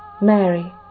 Mary